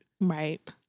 Right